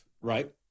Right